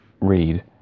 read